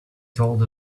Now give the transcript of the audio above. told